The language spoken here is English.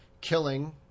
killing